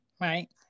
right